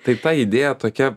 tai ta idėja tokia